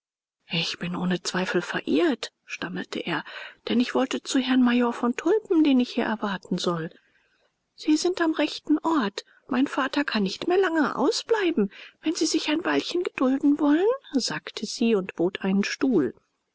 ich bin ohne zweifel verirrt stammelte er denn ich wollte zu herrn major von tulpen den ich hier erwarten soll sie sind am rechten ort mein vater kann nicht mehr lange ausbleiben wenn sie sich ein weilchen gedulden wollen sagte sie und bot einen stuhl